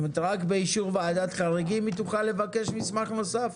זאת אומרת רק באישור ועדת חריגים היא תוכל לבקש מסמך נוסף?